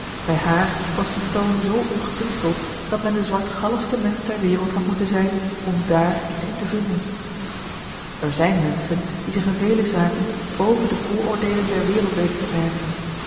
bij hààr was die toon zoo ongekunsteld dat men de zwartgalligste mensch ter wereld had moeten zijn om daar iets in te vinden er zijn menschen die zich in vele zaken boven de vooroordeelen der wereld weten te verheffen